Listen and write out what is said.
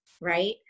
right